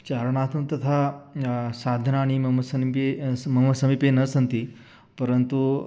चारणार्थं तथा साधनानि मम समीपे मम समीपे न सन्ति परन्तु